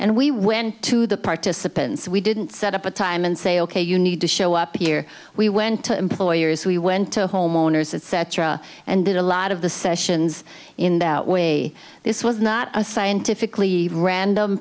and we went to the participants we didn't set up a time and say ok you need to show up here we went to employers we went to homeowners etc and did a lot of the sessions in that way this was not a scientifically random